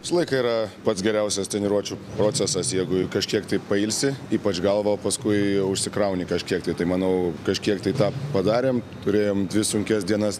visą laiką yra pats geriausias treniruočių procesas jeigu kažkiek tai pailsi ypač galva o paskui užsikrauni kažkiek tai manau kažkiek tai tą padarėm turėjom dvi sunkias dienas